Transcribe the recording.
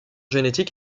génétique